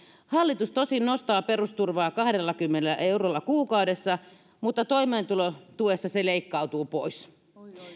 hallitus tosin nostaa perusturvaa kahdellakymmenellä eurolla kuukaudessa mutta toimeentulotuessa se leikkautuu pois